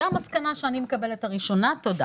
זאת המסקנה הראשונה אליה